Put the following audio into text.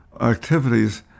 activities